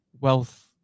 wealth